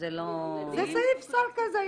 זה סעיף סל כזה,